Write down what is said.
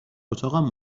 اتاقم